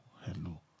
hello